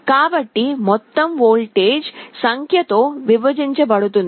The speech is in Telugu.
కాబట్టి మొత్తం వోల్టేజ్ సంఖ్యతో విభజించబడింది